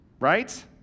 right